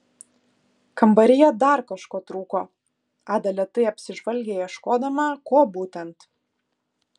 kambaryje dar kažko trūko ada lėtai apsižvalgė ieškodama ko būtent